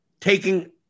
taking